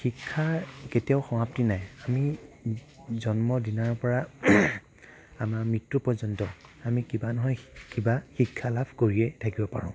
শিক্ষাৰ কেতিয়াও সমাপ্তি নাই আমি জন্ম দিনাৰ পৰা আমাৰ মৃত্যু পৰ্যন্ত আমি কিবা নহয় কিবা শিক্ষা লাভ কৰিয়ে থাকিব পাৰোঁ